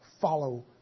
follow